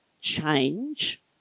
change